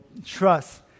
Trust